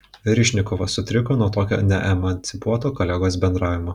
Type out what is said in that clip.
verižnikovas sutriko nuo tokio neemancipuoto kolegos bendravimo